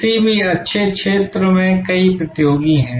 किसी भी अच्छे क्षेत्र में कई प्रतियोगी हैं